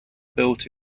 built